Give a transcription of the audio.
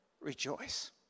rejoice